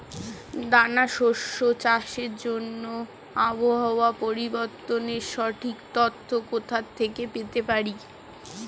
দানা শস্য চাষের জন্য আবহাওয়া পরিবর্তনের সঠিক তথ্য কোথা থেকে পেতে পারি?